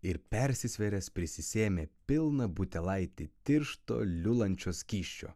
ir persisvėręs prisisėmė pilną butelaitį tiršto liulančio skysčio